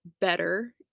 better